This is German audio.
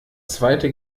zweite